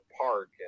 park